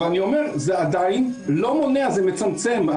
אבל אני אומר, זה עדיין לא מונע, זה מצמצם.